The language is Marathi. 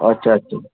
अच्छा अच्छा